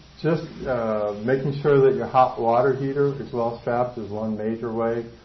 just making sure that your hot water heater is well-strapped is one major way.